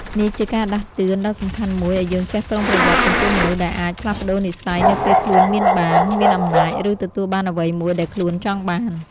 នេះជាការដាស់តឿនដ៏សំខាន់មួយឲ្យយើងចេះប្រុងប្រយ័ត្នចំពោះមនុស្សដែលអាចផ្លាស់ប្តូរនិស្ស័យនៅពេលខ្លួនមានបាន មានអំណាច ឬទទួលបានអ្វីមួយដែលខ្លួនចង់បាន។